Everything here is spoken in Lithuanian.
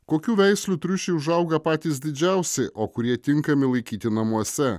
kokių veislių triušiai užauga patys didžiausi o kurie tinkami laikyti namuose